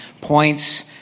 points